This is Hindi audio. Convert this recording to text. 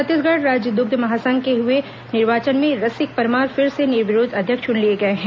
छत्तीसगढ़ राज्य दुग्ध महासंघ के लिए हुए निर्वाचन में रसिक परमार फिर से निर्विरोध अध्यक्ष चुन लिए गए हैं